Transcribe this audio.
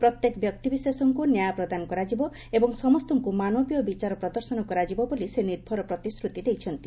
ପ୍ରତ୍ୟେକ ବ୍ୟକ୍ତିବିଶେଷଙ୍କୁ ନ୍ୟାୟ ପ୍ରଦାନ କରାଯିବ ଏବଂ ସମସ୍ତଙ୍କୁ ମାନବୀୟ ବିଚାର ପ୍ରଦର୍ଶନ କରାଯିବ ବୋଲି ସେ ନିର୍ଭର ପ୍ରତିଶ୍ରତି ଦେଇଛନ୍ତି